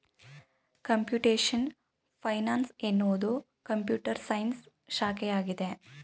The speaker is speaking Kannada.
ಕಂಪ್ಯೂಟೇಶನ್ ಫೈನಾನ್ಸ್ ಎನ್ನುವುದು ಕಂಪ್ಯೂಟರ್ ಸೈನ್ಸ್ ಶಾಖೆಯಾಗಿದೆ